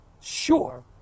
sure